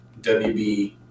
WB